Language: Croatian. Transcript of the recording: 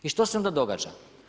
I što se onda događa?